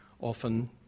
often